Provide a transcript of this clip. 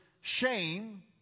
shame